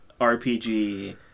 RPG